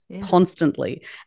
constantly